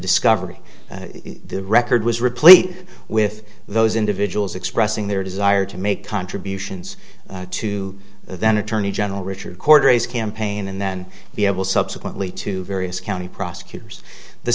discovery the record was replete with those individuals expressing their desire to make contributions to then attorney general richard cordray is campaign and then be able subsequently to various county prosecutors the